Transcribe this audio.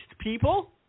people